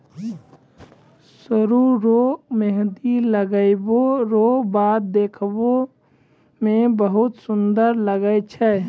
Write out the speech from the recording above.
सरु रो मेंहदी लगबै रो बाद देखै मे बहुत सुन्दर लागै छै